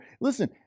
listen